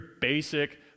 basic